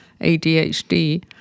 ADHD